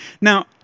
Now